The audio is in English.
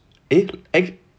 eh eh